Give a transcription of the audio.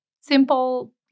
simple